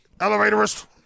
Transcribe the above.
Elevatorist